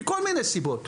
מכל מיני סיבות,